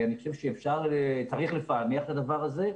אני חושב שצריך לפענח את הדבר הזה,